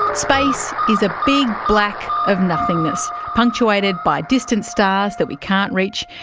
um space is a big black of nothingness, punctuated by distant stars that we can't reach,